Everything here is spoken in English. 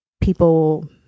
people